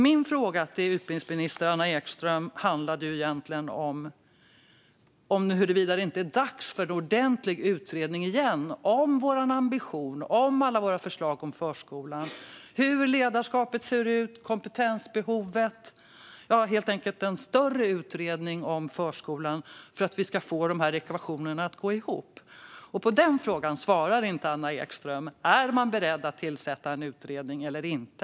Min fråga till utbildningsminister Anna Ekström handlade egentligen om huruvida det inte är dags igen för en ordentlig utredning om vår ambition, om alla våra förslag om förskolan samt om hur ledarskapet och kompetensbehovet ser ut. Det skulle helt enkelt vara en större utredning om förskolan för att vi ska få denna ekvation att gå ihop. På den frågan svarade inte Anna Ekström. Är man beredd att tillsätta en utredning eller inte?